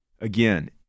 again